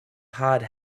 hard